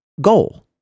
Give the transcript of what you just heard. goal